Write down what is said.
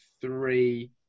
three